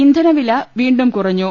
ഇന്ധനവില വീണ്ടും കുറഞ്ഞു